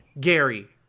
Gary